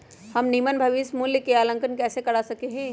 हम निवल भविष्य मूल्य के आंकलन कैसे कर सका ही?